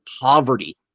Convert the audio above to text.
poverty